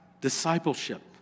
discipleship